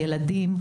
ילדים,